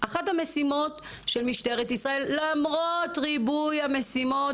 אחת המשימות של משטרת ישראל למרות ריבוי המשימות,